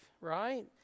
Right